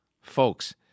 Folks